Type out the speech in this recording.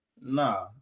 nah